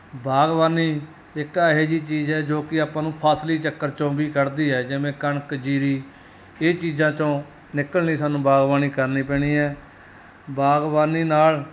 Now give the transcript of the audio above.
ਬਾਗਬਾਨੀ ਇੱਕ ਇਹੋ ਜਿਹੀ ਚੀਜ਼ ਹੈ ਜੋ ਕਿ ਆਪਾਂ ਨੂੰ ਫਸਲੀ ਚੱਕਰ 'ਚੋਂ ਵੀ ਕੱਢਦੀ ਹੈ ਜਿਵੇਂ ਕਣਕ ਜੀਰੀ ਇਹ ਚੀਜ਼ਾਂ 'ਚੋਂ ਨਿਕਲਣ ਲਈ ਸਾਨੂੰ ਬਾਗਬਾਨੀ ਕਰਨੀ ਪੈਣੀ ਹੈ ਬਾਗਬਾਨੀ ਨਾਲ